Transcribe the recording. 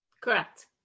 Correct